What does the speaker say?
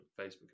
facebook